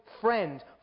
friend